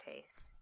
taste